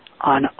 on